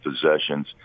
possessions